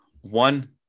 One